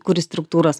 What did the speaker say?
kuri struktūros